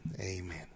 amen